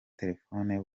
terefone